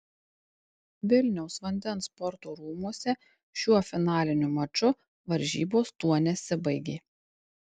vilniaus vandens sporto rūmuose šiuo finaliniu maču varžybos tuo nesibaigė